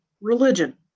religion